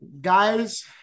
Guys